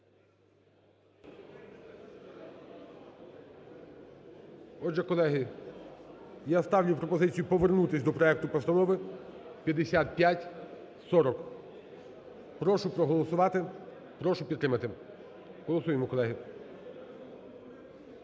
Отже, колеги, я ставлю пропозицію повернутись до проекту Постанови 5540. Прошу проголосувати, прошу підтримати. Голосуємо, колеги.